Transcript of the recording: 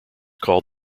called